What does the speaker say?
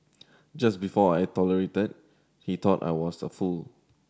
just before I tolerated he thought I was a fool